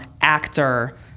actor